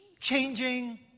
changing